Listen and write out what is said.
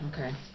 Okay